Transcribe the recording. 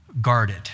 guarded